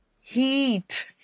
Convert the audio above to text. heat